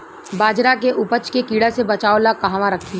बाजरा के उपज के कीड़ा से बचाव ला कहवा रखीं?